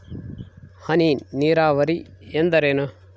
ಹನಿ ನೇರಾವರಿ ಎಂದರೇನು?